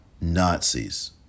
Nazis